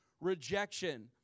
rejection